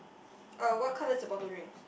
uh what colour is the bottle drinks